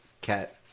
cat